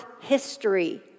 history